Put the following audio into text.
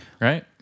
right